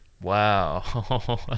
wow